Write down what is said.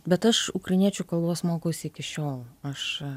bet aš ukrainiečių kalbos mokaus iki šiol aš